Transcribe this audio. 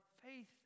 faith